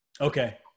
Okay